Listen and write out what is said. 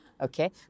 okay